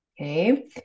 Okay